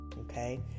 okay